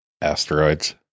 asteroids